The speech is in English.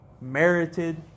merited